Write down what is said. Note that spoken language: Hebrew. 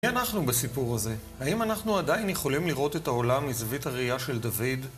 מי אנחנו בסיפור הזה? האם אנחנו עדיין יכולים לראות את העולם מזווית הראייה של דוד?